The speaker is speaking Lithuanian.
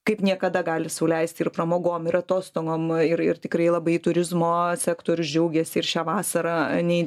kaip niekada gali sau leisti ir pramogom ir atostogom ir ir tikrai labai turizmo sektorius džiaugiasi ir šią vasarą nei